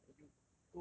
I mean you